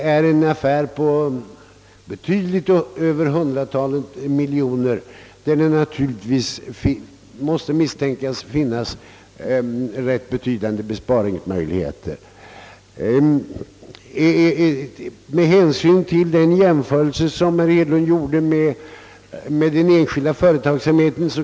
Det är en affär på betydligt över hundratalet miljoner kronor, och man måste ta för givet att där finns betydande besparingsmöjligheter. Med tanke på den jämförelse som herr Hedlund gjorde med den enskilda företagsamheten.